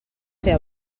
fer